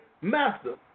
Master